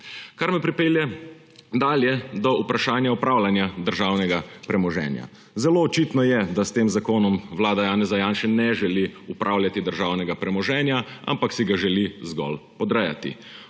Kar me pripelje dalje, do vprašanja upravljanja državnega premoženja. Zelo očitno je, da s tem zakonom vlada Janeza Janše ne želi upravljati državnega premoženja, ampak si ga želi zgolj podrejati.